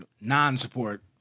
non-support